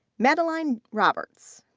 madeline roberts.